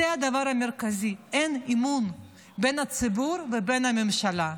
זה הדבר המרכזי, אין אמון בין הציבור לבין הממשלה.